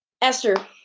Esther